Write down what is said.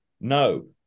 No